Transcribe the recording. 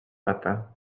matin